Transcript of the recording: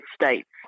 states